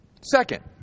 Second